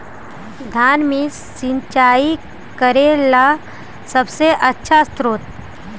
धान मे सिंचाई करे ला सबसे आछा स्त्रोत्र?